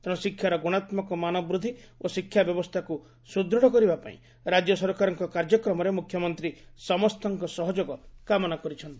ତେଣୁ ଶିକ୍ଷାର ଗୁଣାତ୍ମକ ମାନବୃଦ୍ଧି ଓ ଶିକ୍ଷା ବ୍ୟବସ୍ଥାକୁ ସୁଦୃଢ଼ କରିବା ପାଇଁ ରାଜ୍ୟ ସରକାରଙ୍କ କାର୍ଯ୍ୟକ୍ରମରେ ମୁଖ୍ୟମନ୍ତୀ ସମସ୍ତଙ୍କ ସହଯୋଗ କାମନା କରିଛନ୍ତି